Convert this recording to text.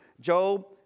Job